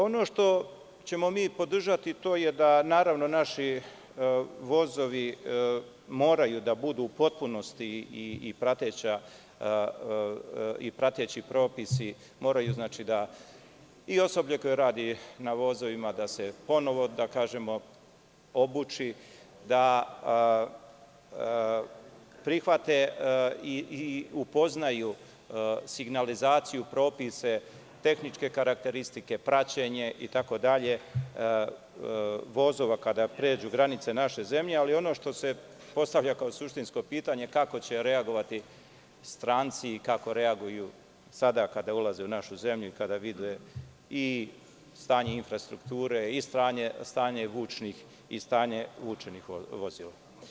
Ono što ćemo mi podržati, to je da naši vozovi moraju da budu u potpunosti, i prateći propisi, i osoblje koje radi na vozovima da se ponovo obuči, da prihvate i upoznaju signalizaciju, propise, tehničke karakteristike, praćenje itd. vozova kada pređu van granice naše zemlje, ali ono što se postavlja kao suštinsko pitanje je – kako će reagovati stranci i kako reaguju sada ulaze u našu zemlju i kada vide i stanje infrastrukture i stanje vučnih i vučenih vozila.